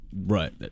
Right